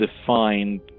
defined